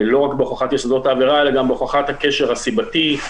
לא רק בהוכחת יסודות העבירה אלא גם בהוכחת הקשר הסיבתי,